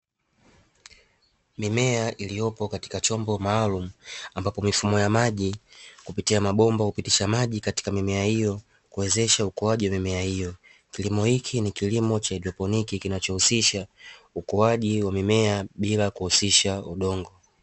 Mimea iliyopo katika chombo maalumu ambapo mifumo ya maji kupitia mabomba hupitisha maji katika mimea hiyo kuwezesha ukuaji wa mimea hiyo, kilimo hiki ni kilimo cha haidroponi kinachohusisha ukuaji wa mimea bila kuhusisha udongo.